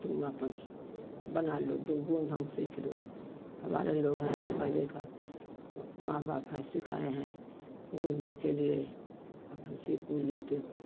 तुम आपन बनाए लो दो गुण ढंग सीख लो हमारे लोग हैं तो पहले का माँ बाप हैं सिखाए हैं बुनने के लिए अपन सी बुन लेती हूँ